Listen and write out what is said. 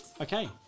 Okay